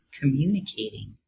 communicating